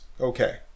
Okay